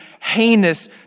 heinous